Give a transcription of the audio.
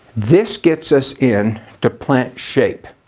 this gets us in to plant shape.